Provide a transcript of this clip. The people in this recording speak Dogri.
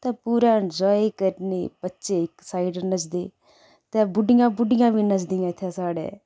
ते पूरा इन्जाय करने बच्चे इक साइड नचदे ते बुड्ढियां बुड्ढियां बी नचदियां इत्थै साढ़ै